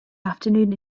afternoon